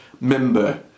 member